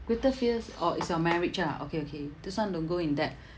greater fears oh it's your marriage ah okay okay this [one] don't go in depth